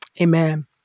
Amen